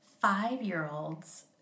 five-year-olds